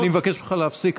אני מבקש ממך להפסיק.